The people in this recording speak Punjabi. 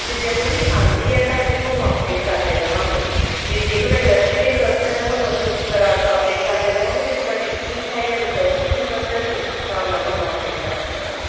ਅਤੇ ਜਦੋਂ ਵੀ ਆਉਂਦੀ ਹੈ ਤਾਂ ਅਸੀਂ ਤੁਹਾਨੂੰ ਅਪਡੇਟ ਕਰਦੇ ਰਹਾਂਗੇ ਜੇ ਜੇ ਤੁਹਾਡਾ ਇੰਡਸਟਰੀ 'ਚ ਇੰਟਰਸਟ ਹੈ ਤਾਂ ਤੁਹਾਨੂੰ ਅਸੀਂ ਉਸ ਤਰ੍ਹਾਂ ਅਪਡੇਟ ਕਰਦੇ ਰਹਾਂਗੇ ਜੇ ਤੁਹਾਡਾ ਟੀਚਿੰਗ 'ਚ ਹੈ ਜਾਂ ਰਿਸਰਚ 'ਚ ਇੰਟਰਸਟ ਹੈ ਤਾਂ ਉਸ ਹਿਸਾਬ ਨਾਲ ਤੁਹਾਨੂੰ ਅਪਡੇਟ ਕਰਦੇ ਰਹਾਂਗੇ